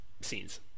scenes